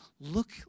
look